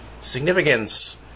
significance